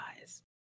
eyes